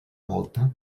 volta